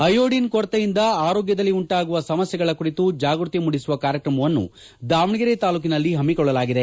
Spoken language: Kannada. ಅಯೋಡಿನ್ ಕೊರತೆಯಿಂದ ಆರೋಗ್ವದಲ್ಲಿ ಉಂಟಾಗುವ ಸಮಸ್ವೆಗಳ ಕುರಿತು ಜಾಗ್ವತಿ ಮೂಡಿಸುವ ಕಾರ್ಯಕ್ರಮವನ್ನು ದಾವಣಗೆರೆ ತಾಲೂಕಿನಲ್ಲಿ ಹಮ್ಮಿಕೊಳ್ಳಲಾಗಿದೆ